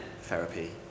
therapy